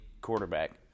quarterback